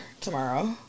tomorrow